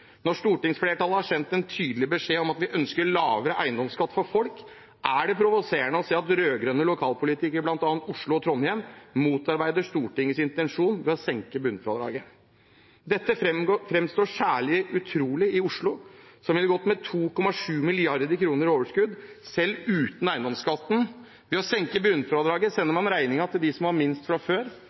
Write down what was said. Når stortingsflertallet har sendt en tydelig beskjed om at vi ønsker lavere eiendomsskatt for folk, er det provoserende å se at rød-grønne lokalpolitikere i bl.a. Oslo og Trondheim motarbeider Stortingets intensjon ved å senke bunnfradraget. Dette framstår særlig utrolig i Oslo, som ville gått med 2,7 mrd. kr i overskudd selv uten eiendomsskatten. Ved å senke bunnfradraget sender man regningen til dem som har minst fra før.